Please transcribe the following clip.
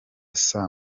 saa